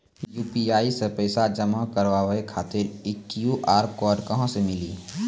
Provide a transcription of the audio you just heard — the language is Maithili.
यु.पी.आई मे पैसा जमा कारवावे खातिर ई क्यू.आर कोड कहां से मिली?